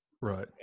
right